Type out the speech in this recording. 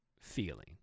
feeling